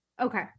Okay